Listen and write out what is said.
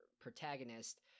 protagonist